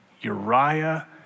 Uriah